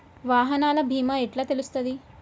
వాహనాల బీమా ఎట్ల తెలుస్తది?